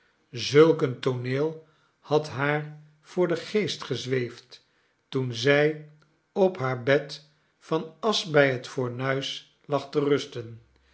zulk een tooneel had haar voor den geest gezweefd toen zij op haar bed van asch bij het fornuis lag te rusten